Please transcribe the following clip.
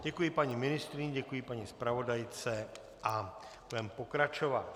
Děkuji paní ministryni, děkuji paní zpravodajce a budeme pokračovat.